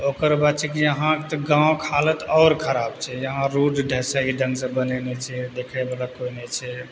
ओकरबाद छै कि यहाँके गाँवके हालत आओर खराब छै यहाँ रोड सही ढङ्ग से बनेनै छै देखैबला कोइ नहि छै